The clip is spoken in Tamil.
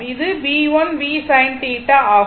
இது Bl v sin θ ஆகும்